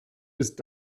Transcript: ist